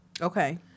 Okay